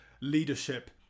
leadership